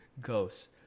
ghosts